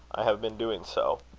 i have been doing so.